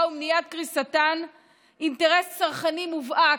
ומניעת קריסתן אינטרס צרכני מובהק,